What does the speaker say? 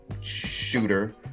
shooter